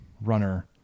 runner